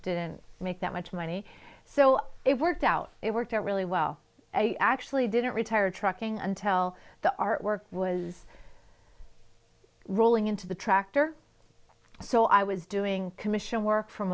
didn't make that much money so it worked out it worked out really well i actually didn't retire trucking until the artwork was rolling into the tractor so i was doing commission work f